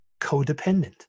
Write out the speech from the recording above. Codependent